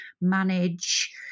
manage